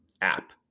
app